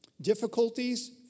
Difficulties